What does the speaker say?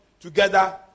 together